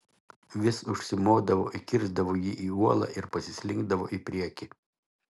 vis užsimodavo įkirsdavo jį į uolą ir pasislinkdavo į priekį